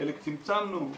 חלק צמצמנו.